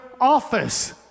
office